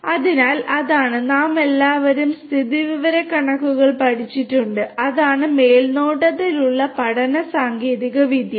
അതിനാൽ അതാണ് നാമെല്ലാവരും സ്ഥിതിവിവരക്കണക്കുകളിലും പഠിച്ചിട്ടുണ്ട് അതാണ് മേൽനോട്ടത്തിലുള്ള പഠന സാങ്കേതികവിദ്യയും